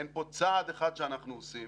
אין פה צעד אחד שאנחנו עושים